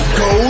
go